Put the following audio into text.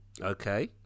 okay